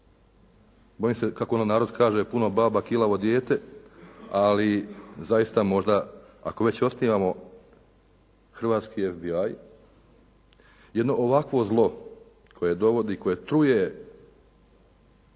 Bojim se kako ono narod kaže “puno baba kilavo dijete“. Ali zaista možda ako već osnivamo hrvatski FBI jedno ovakvo zlo koje dovodi, koje truje